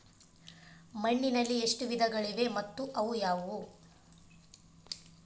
ಮಣ್ಣಿನಲ್ಲಿ ಎಷ್ಟು ವಿಧಗಳಿವೆ ಮತ್ತು ಅವು ಯಾವುವು?